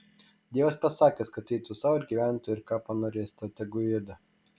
dievas pasakęs kad eitų sau ir gyventų ir ką panorės tą tegu ėda